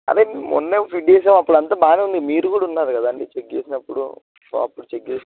but మొన్నపిట్ చేసినాం అప్పుడు అంత బాగానే ఉంది మీరు కూడా ఉన్నారు కదండి చెక్ చేసినప్పుడు సో అప్పుడు చెక్ చే